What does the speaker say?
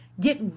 Get